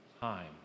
time